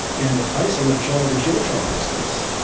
and the face on that child is your child's face.